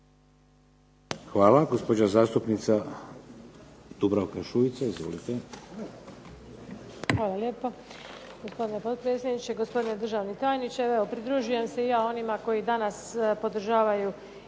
Hvala. Gospođa zastupnica Dubravka Šuica. Izvolite.